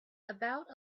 about